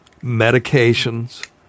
medications